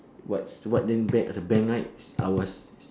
what's what then ban~ ah bank right ours